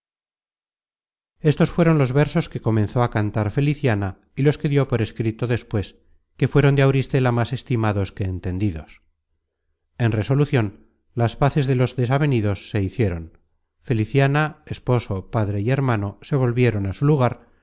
estos fueron los versos que comenzó a cantar feliciana y los que dió por escrito despues que fueron de auristela más estimados que entendidos en resolucion las paces de los desavenidos se hicieron feliciana esposo padre y hermano se volvieron á su lugar